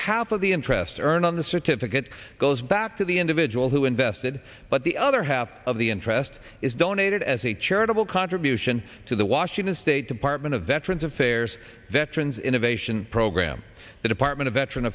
half of the interest earned on the certificate goes back to the individual who invested but the other half of the interest is donated as a charitable contribution to the washington state department of veterans affairs veterans innovation program the department of veteran